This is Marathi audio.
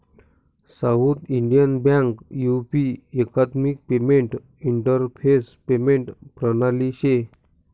साउथ इंडियन बँक यु.पी एकात्मिक पेमेंट इंटरफेस पेमेंट प्रणाली शे